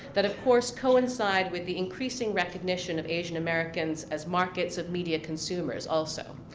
that, of course, coincide with the increasing recognition of asian americans as markets of media consumers also.